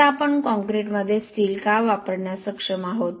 आता आपण कॉंक्रिटमध्ये स्टील का वापरण्यास सक्षम आहोत